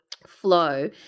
Flow